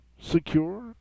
secure